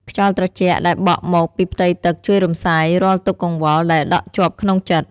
ខ្យល់ត្រជាក់ដែលបក់មកពីផ្ទៃទឹក ជួយរំសាយរាល់ទុក្ខកង្វល់ដែលដក់ជាប់ក្នុងចិត្ត។